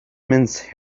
mince